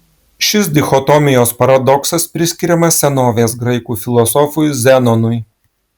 šis dichotomijos paradoksas priskiriamas senovės graikų filosofui zenonui